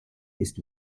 ist